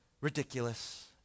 ridiculous